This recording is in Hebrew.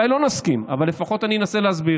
אולי לא נסכים, אבל לפחות אני אנסה להסביר.